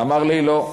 אמר ליה, לא.